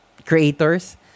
creators